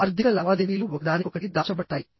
ఆర్థిక లావాదేవీలు ఒకదానికొకటి దాచబడతాయి